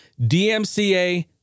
DMCA